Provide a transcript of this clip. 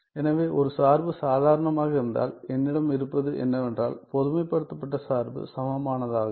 எனவே ஒரு சார்பு சாதாரணமாக இருந்தால் என்னிடம் இருப்பது என்னவென்றால் பொதுமைப்படுத்தப்பட்ட சார்பு சமமானதாகும்